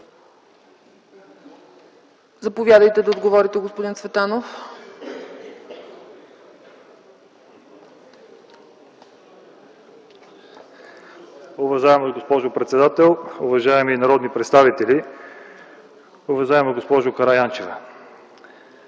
Заповядайте да отговорите, господин Цветанов.